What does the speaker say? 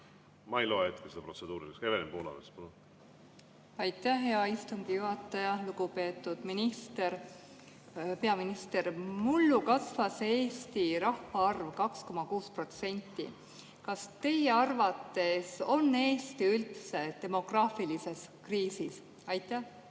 Ma ei loe seda protseduuriliseks. Evelin Poolamets, palun! Aitäh, hea istungi juhataja! Lugupeetud peaminister! Mullu kasvas Eesti rahvaarv 2,6%. Kas teie arvates on Eesti üldse demograafilises kriisis? Aitäh,